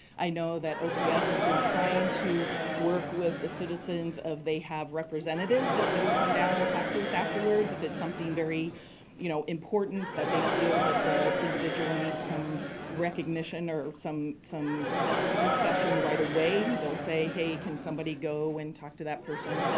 know that ops has been trying to work with the citizens of they have representatives that they will come down and talk to us afterwards. if it's something very you know important that they feel that the individual needs some recognition or some some discussion right away, they'll say, hey, can somebody go and talk to that person.